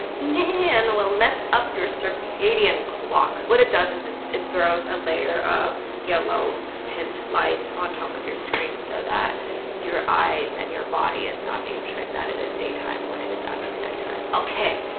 and will mess up your circadian clock what it does is is it throws a layer of yellow tint light on top of your screen so that your eyes and your body is not being tricked that it is daytime when it is actually nighttime ok,